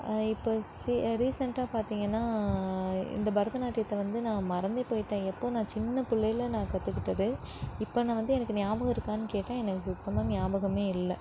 இப்போ ரீசெண்டாக பார்த்தீங்கன்னா இந்த பரதநாட்டியத்தை வந்து நான் மறந்தே போயிட்டேன் எப்போது நான் சின்ன பிள்ளையில நான் கற்றுக்கிட்டது இப்போ நான் வந்து எனக்கு ஞாபகம் இருக்கான்னு கேட்டால் எனக்கு சுத்தமாக ஞாபகமே இல்லை